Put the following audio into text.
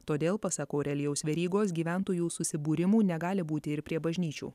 todėl pasak aurelijaus verygos gyventojų susibūrimų negali būti ir prie bažnyčių